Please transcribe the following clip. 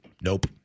nope